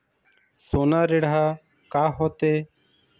सोना ऋण हा का होते?